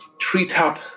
treetop